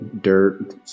dirt